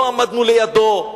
לא עמדנו לידו.